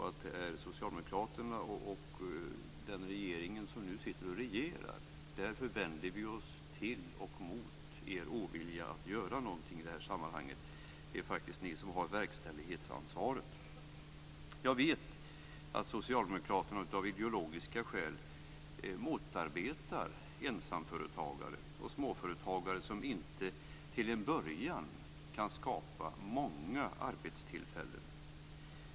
Men det är socialdemokraterna och en socialdemokratisk regering som nu regerar. Därför vänder vi oss emot er ovilja att göra någonting i detta sammanhang. Det är faktiskt ni som har verkställighetsansvaret. Jag vet att socialdemokraterna av ideologiska skäl motarbetar ensamföretagare och småföretagare som inte till en början kan skapa så många arbetstillfällen.